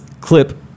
clip